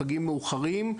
פגים מאוחרים,